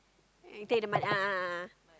and take the money a'ah a'ah